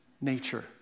nature